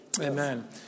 Amen